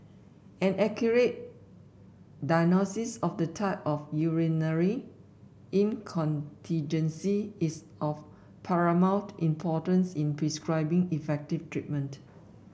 an accurate diagnosis of the type of urinary incontinence is of paramount importance in prescribing effective treatment